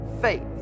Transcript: faith